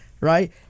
right